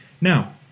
now